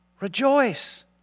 rejoice